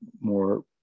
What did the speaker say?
more